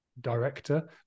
director